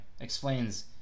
explains